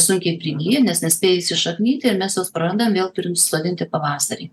sunkiai prigyja nes nespėja įsišaknyti ir mes juos prarandam vėl turim sodinti pavasarį